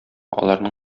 аларның